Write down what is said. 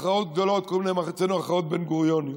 הכרעות גדולות קוראים להן אצלנו הכרעות בן-גוריוניות.